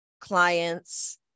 clients